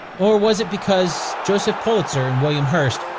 or was it because joseph pulitzer and william hearst,